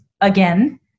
again